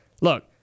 look